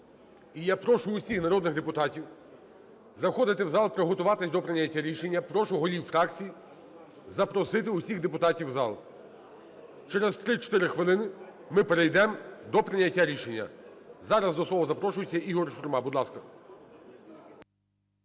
і я прошу усіх народних депутатів заходити в зал, приготуватися до прийняття рішення. Прошу голів фракцій запросити усіх депутатів в зал. Через 3-4 хвилини ми перейдемо до прийняття рішення. Зараз до слова запрошується Ігор Шурма. Будь ласка.